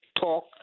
talk